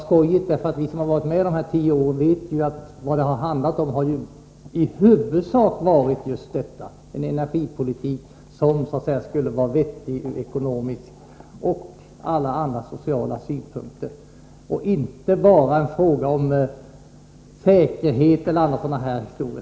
Vi som har varit med de här tio åren vet ju att vad det i huvudsak handlat om är just en energipolitik som skulle vara vettig från ekonomiska och sociala synpunkter, inte bara en fråga om säkerhet.